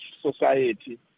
society